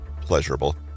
pleasurable